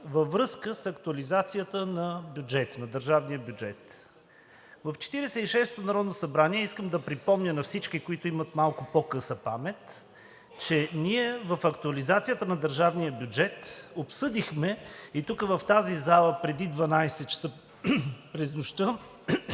във връзка с актуализацията на държавния бюджет. В Четиридесет и шестото народно събрание, искам да припомня на всички, които имат малко по-къса памет, ние в актуализацията на държавния бюджет – тук в тази зала преди 12,00 ч. през нощта,